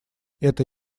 это